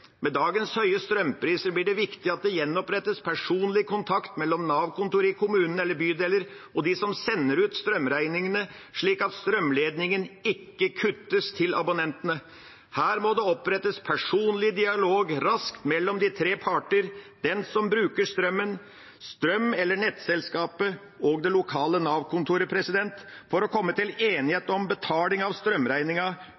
Med dagens høye strømpriser blir det viktig at det gjenopprettes personlig kontakt mellom Nav-kontor i kommuner eller bydeler og dem som sender ut strømregningene, slik at strømledningen ikke kuttes til abonnentene. Her må det raskt opprettes personlig dialog mellom de tre partene – den som bruker strømmen, strøm- eller nettselskapet og det lokale Nav-kontoret – slik at en kan komme til